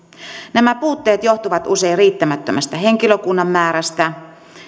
nämä puutteet johtuvat usein riittämättömästä henkilökunnan määrästä